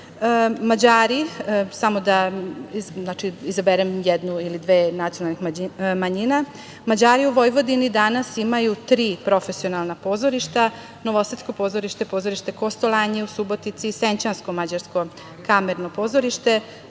Mađari u Vojvodini danas imaju tri profesionalna pozorišta – Novosadsko pozorište, Pozorište Kostolanji u Subotici, Senćansko mađarsko kamerno pozorište.